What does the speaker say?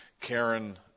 Karen